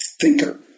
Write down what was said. thinker